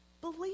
Believe